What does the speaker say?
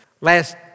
last